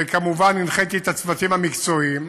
וכמובן הנחיתי את הצוותים המקצועיים